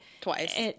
Twice